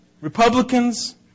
Republicans